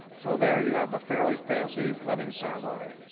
so there you have a fairly fancy wedding ceremony.